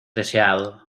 deseado